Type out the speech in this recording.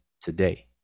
today